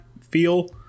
feel